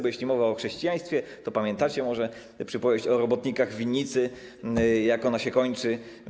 Bo jeśli mowa o chrześcijaństwie, to pamiętacie może przypowieść o robotnikach w winnicy, jak ona się kończy?